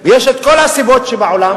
יש כל הסיבות שבעולם.